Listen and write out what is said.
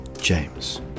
James